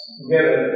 together